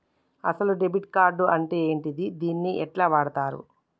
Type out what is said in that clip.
అసలు debit card అంటే ఏంటిది? దీన్ని ఎట్ల వాడుతరు?